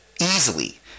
easily